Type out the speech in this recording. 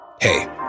Hey